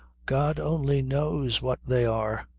god only knows what they are